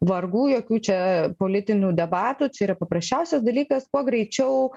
vargų jokių čia politinių debatų čia yra paprasčiausias dalykas kuo greičiau